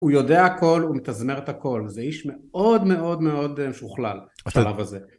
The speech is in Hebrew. הוא יודע הכל, הוא מתזמר את הכל, זה איש מאוד מאוד מאוד משוכלל, בשלב הזה